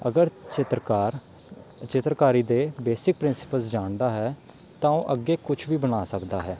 ਅਗਰ ਚਿੱਤਰਕਾਰ ਚਿੱਤਰਕਾਰੀ ਦੇ ਬੇਸਿਕ ਪ੍ਰਿੰਸੀਪਲਜ਼ ਜਾਣਦਾ ਹੈ ਤਾਂ ਉਹ ਅੱਗੇ ਕੁਛ ਵੀ ਬਣਾ ਸਕਦਾ ਹੈ